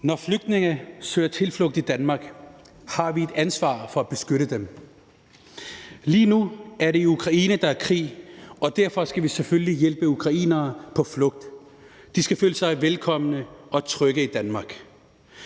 Når flygtninge søger tilflugt i Danmark, har vi et ansvar for at beskytte dem. Lige nu er det Ukraine, der er i krig, og derfor skal vi selvfølgelig hjælpe ukrainere på flugt. De skal føle sig velkomne og trygge i Danmark.